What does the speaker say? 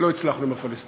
לא הצלחנו עם הפלסטינים,